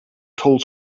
told